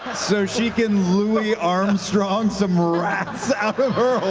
so she can louie armstrong some rats out of her